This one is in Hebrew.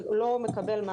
זה לא קשור.